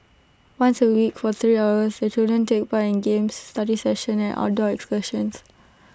once A week for three hours the children take part in games study sessions and outdoor excursions